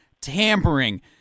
tampering